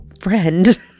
friend